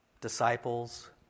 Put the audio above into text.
disciples